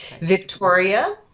Victoria